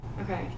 okay